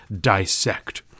dissect